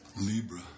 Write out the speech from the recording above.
Libra